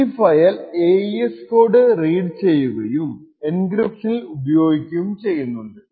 ഈ file AES code read ചെയ്യുകയും എൻക്രിപ്ഷനിൽ ഉപയോഗിക്കുകയും ചെയ്യുന്നുണ്ട്